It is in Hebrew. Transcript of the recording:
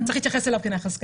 צריך להתייחס אליו כנכס כלכלי,